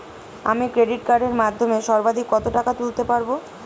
আমি ক্রেডিট কার্ডের মাধ্যমে সর্বাধিক কত টাকা তুলতে পারব?